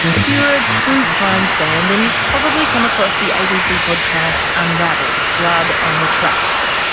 if you're a true crime fan, then you've probably come across the abc podcast, unravel blood on the tracks.